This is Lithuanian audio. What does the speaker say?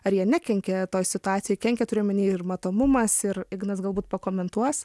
ar jie nekenkia toj situacijoj kenkia turiu omeny ir matomumas ir ignas galbūt pakomentuos